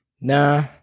nah